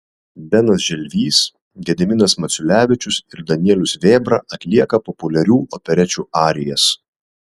benas želvys gediminas maciulevičius ir danielius vėbra atlieka populiarių operečių arijas